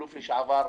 האלוף לשעבר,